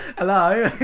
hello?